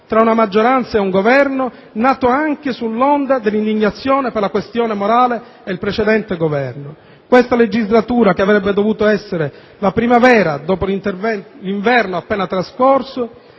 tra una maggioranza e un Governo nato anche sull'onda dell'indignazione per la questione morale e il precedente Governo. Questa legislatura, che avrebbe dovuto essere la primavera dopo l'inverno appena trascorso,